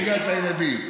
איך הגעת לילדים?